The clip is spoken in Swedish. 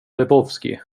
lebowski